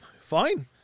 fine